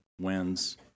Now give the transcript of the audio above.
wins